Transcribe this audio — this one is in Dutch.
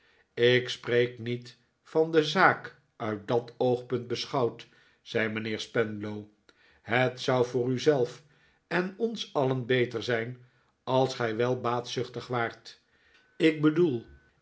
ik spreek niet van de zaak uit dat oogpunt beschouwd zei mijnheer spenlow het zou voor u zelf en ons alien beter zijn als gij wel baatzuchtig waart ik bedoel